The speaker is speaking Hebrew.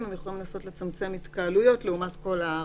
זה לנסות לצמצם התקהלויות לעומת כל הארץ.